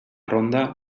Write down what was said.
ronda